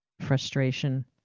frustration